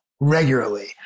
regularly